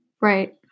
Right